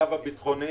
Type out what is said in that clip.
מהמצב הביטחוני